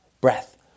breath